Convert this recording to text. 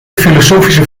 filosofische